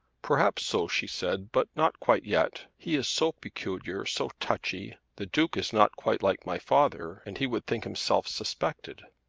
perhaps so, she said but not quite yet. he is so peculiar, so touchy. the duke is not quite like my father and he would think himself suspected.